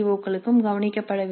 க்களும் கவனிக்கப்பட வேண்டும்